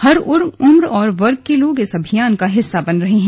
हर उम्र और वर्ग के लोग इस अभियान का हिस्सा बन रहे हैं